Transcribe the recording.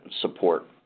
support